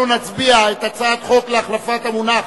אנחנו נצביע על הצעת החוק להחלפת המונח